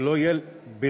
שלא יהיה בלבך